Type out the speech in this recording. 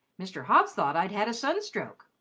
mr. hobbs thought i'd had a sunstroke.